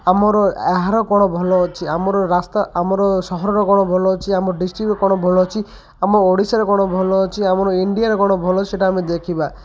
ଆମର ଏହାର କ'ଣ ଭଲ ଅଛି ଆମର ରାସ୍ତା ଆମର ସହରର କ'ଣ ଭଲ ଅଛି ଆମର ଡିଷ୍ଟ୍ରିକ୍ଟର କ'ଣ ଭଲ ଅଛି ଆମ ଓଡ଼ିଶାରେ କ'ଣ ଭଲ ଅଛି ଆମର ଇଣ୍ଡିଆରେ କ'ଣ ଭଲ ଅଛି ସେଇଟା ଆମେ ଦେଖିବା